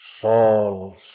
Saul